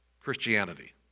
Christianity